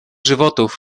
żywotów